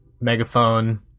megaphone